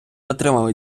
отримали